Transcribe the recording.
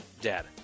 dead